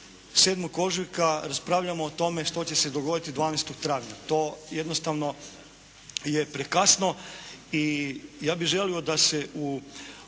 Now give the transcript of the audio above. mi 7. ožujka raspravljamo o tome što će se dogoditi 12. travnja. To jednostavno je prekasno i ja bih želio da se u